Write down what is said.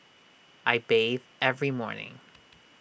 I bathe every morning